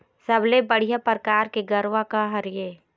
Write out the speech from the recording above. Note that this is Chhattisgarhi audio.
सबले बढ़िया परकार के गरवा का हर ये?